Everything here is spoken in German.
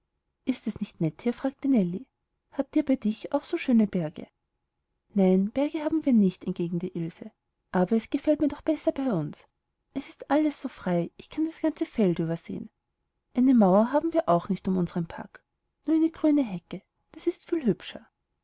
ist es nicht nett hier fragte nellie habt ihr bei dich auch so schöne berge nein berge haben wir nicht entgegnete ilse aber es gefällt mir doch besser bei uns es ist alles so frei ich kann das ganze feld übersehen eine mauer haben wir auch nicht um unsren park nur eine grüne hecke das ist viel hübscher